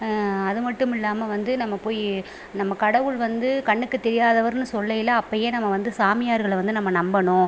அதுமட்டும் இல்லாமல் வந்து நம்ம போய் நம்ம கடவுள் வந்து கண்ணுக்குத் தெரியாதவர்னு சொல்கையிலே அப்போ ஏன் நம்ம வந்து சாமியார்கள வந்து நம்ப நம்பணும்